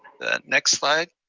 next slide.